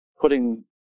putting